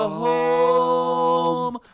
home